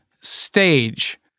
stage